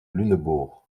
lunebourg